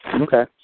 Okay